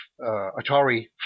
Atari